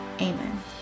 Amen